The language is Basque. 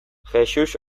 jexux